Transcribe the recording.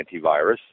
antivirus